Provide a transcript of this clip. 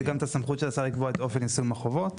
גם את הסמכות של השר לקבוע את אופן יישום החובות.